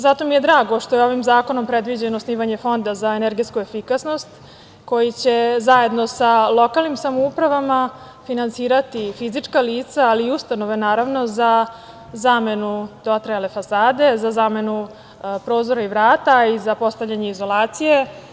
Zato mi je drago što je ovim zakonom predviđeno osnivanje fonda za energetsku efikasnost, koji će zajedno sa lokalnim samoupravama finansirati fizička lica, ali i ustanove, naravno, za zamenu dotrajale fasade, za zamenu prozora i vrata i za postavljanje izolacije.